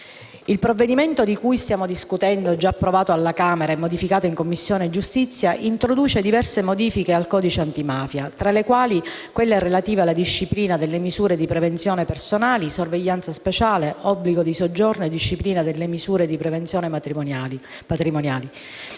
Il provvedimento di cui stiamo discutendo, già approvato alla Camera e modificato in Commissione giustizia, introduce diverse modifiche al codice antimafia, tra le quali quelle relative alla disciplina delle misure di prevenzione personali, alla sorveglianza speciale, all'obbligo di soggiorno e alla disciplina delle misure di prevenzione patrimoniali.